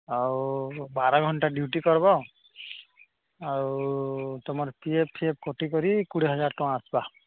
ଆଉ ବାର ଘଣ୍ଟା ଡ୍ୟୁଟି କର୍ବ ଆଉ ତମର୍ ପି ଏଫ୍ ଫିଏଫ୍ କୋଟି କରି କୁଡ଼େ ହଜାର୍ ଟଙ୍ଗା ଆସ୍ବା